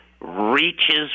reaches